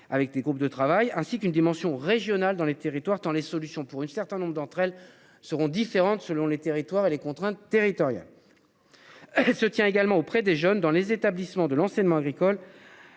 avec des groupes de travail ainsi qu'une dimension régionale dans les territoires tant les solutions pour une certain nombre d'entre elles seront différentes selon les territoires et les contraintes territoriales. Se tient également auprès des jeunes dans les établissements de l'enseignement agricole.